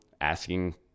asking